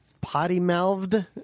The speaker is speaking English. potty-mouthed